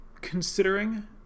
considering